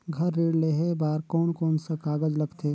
घर ऋण लेहे बार कोन कोन सा कागज लगथे?